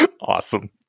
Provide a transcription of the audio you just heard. awesome